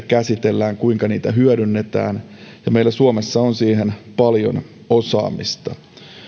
käsitellään kuinka niitä hyödynnetään meillä suomessa on siihen paljon osaamista